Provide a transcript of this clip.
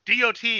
DOT –